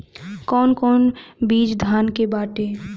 कौन कौन बिज धान के बाटे?